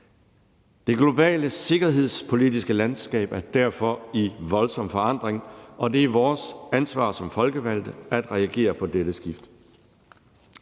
Det globale sikkerhedspolitiske landskab er derfor i voldsom forandring, og det er vores ansvar som folkevalgte at reagere på dette skift.